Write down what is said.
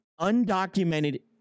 undocumented